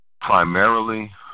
Primarily